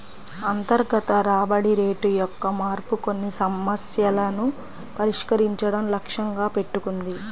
అంతర్గత రాబడి రేటు యొక్క మార్పు కొన్ని సమస్యలను పరిష్కరించడం లక్ష్యంగా పెట్టుకుంది